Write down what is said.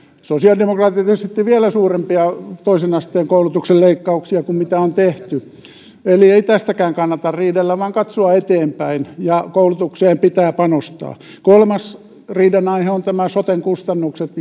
sosiaalidemokraatit esittivät vielä suurempia toisen asteen koulutuksen leikkauksia kuin mitä on tehty eli ei tästäkään kannata riidellä vaan kannattaa katsoa eteenpäin ja koulutukseen pitää panostaa kolmas riidan aihe ovat soten kustannukset